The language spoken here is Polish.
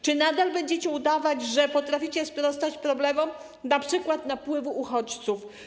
Czy nadal będziecie udawać, że potraficie sprostać problemom, np. napływu uchodźców?